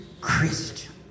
Christian